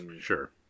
Sure